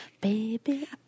baby